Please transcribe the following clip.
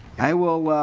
i will